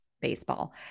baseball